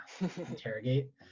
interrogate